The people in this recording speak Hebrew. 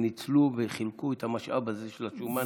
שניצלו וחילקו את המשאב הזה של השומן